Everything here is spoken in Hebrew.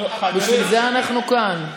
בשביל זה אנחנו כאן.